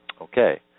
Okay